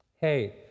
Hey